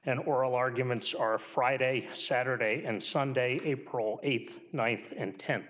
and oral arguments are friday saturday and sunday april eighth ninth and tenth